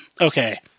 Okay